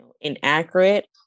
inaccurate